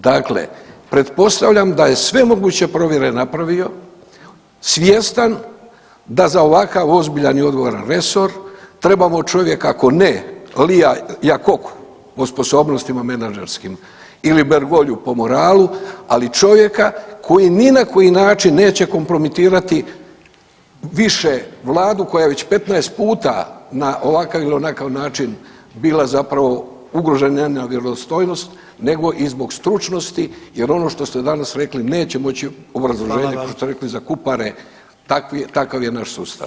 Dakle, pretpostavljam da je sve moguće provjere napravio svjestan da za ovakav ozbiljan i odgovoran resor trebamo čovjeka ako ne …/nerazumljivo/… o sposobnostima menadžerskim ili Bergolju po moralu, ali i čovjeka koji ni na koji način neće kompromitirati više vladu koja već 15 puta na ovakav ili onakav način bila zapravo ugrožena vjerodostojnost nego i zbog stručnosti jer ono što ste danas rekli neće moći obrazloženje što ste rekli [[Upadica: Hvala vam.]] za Kupare takav je naš sustav.